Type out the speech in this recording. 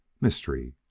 Mystery